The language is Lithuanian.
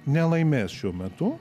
nelaimės šiuo metu